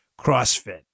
CrossFit